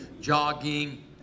jogging